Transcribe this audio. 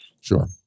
Sure